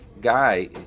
guy